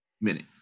minute